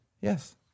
Yes